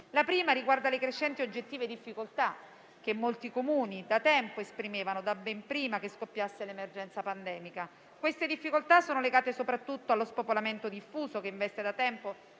la prima riguarda le crescenti oggettive difficoltà che molti Comuni da tempo esprimevano, da ben prima che scoppiasse l'emergenza pandemica. Queste difficoltà sono legate soprattutto allo spopolamento diffuso che investe da tempo